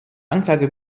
anklage